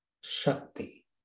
Shakti